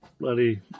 bloody